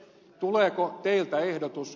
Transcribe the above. tuleeko teiltä ehdotus